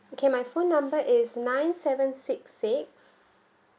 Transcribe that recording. okay my phone number is nine seven six six